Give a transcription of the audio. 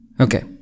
Okay